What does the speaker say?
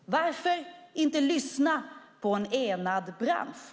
Varför inte lyssna på en enad bransch?